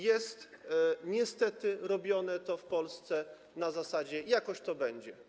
Jest niestety robione to w Polsce na zasadzie: jakoś to będzie.